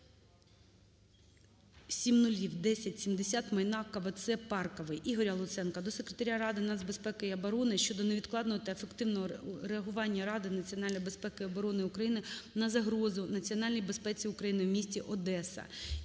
майна КВЦ "Парковий". Ігоря Луценка до Секретаря Ради нацбезпеки і оборони щодо невідкладного та ефективного реагування Ради Національної безпеки і оборони України на загрозу національній безпеці України в місті Одеса.